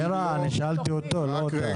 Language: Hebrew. מירה, אני שאלתי אותו, לא אותך.